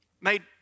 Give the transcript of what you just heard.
made